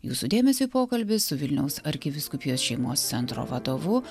jūsų dėmesiui pokalbis su vilniaus arkivyskupijos šeimos centro vadovu